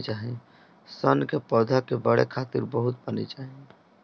सन के पौधा के बढ़े खातिर बहुत पानी चाही